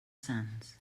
sands